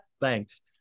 Thanks